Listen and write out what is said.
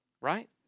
right